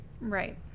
Right